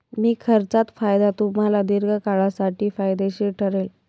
कमी खर्चात फायदा तुम्हाला दीर्घकाळासाठी फायदेशीर ठरेल